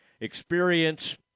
experience